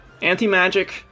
anti-magic